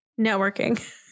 networking